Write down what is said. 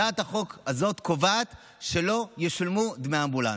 הצעת החוק הזאת קובעת שלא ישולמו דמי אמבולנס.